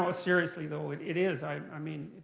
ah seriously, though, it is. i mean,